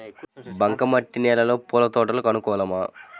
బంక మట్టి నేలలో పూల తోటలకు అనుకూలమా?